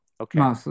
Okay